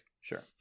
Sure